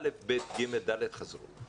כיתות א'-ד' חזרו,